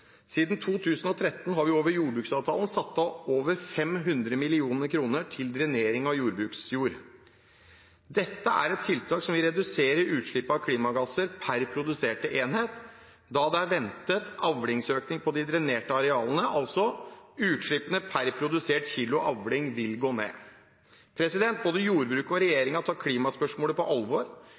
Siden 2013 har vi over jordbruksavtalen satt av over 500 mill. kr til drenering av jordbruksjord. Dette er et tiltak som vil redusere utslippene av klimagasser per produserte enhet, da det er ventet avlingsøkning på de drenerte arealene. Altså: Utslippene per produserte kilo avling vil gå ned. Både jordbruket og regjeringen tar klimaspørsmålet på alvor.